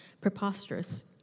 preposterous